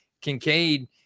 Kincaid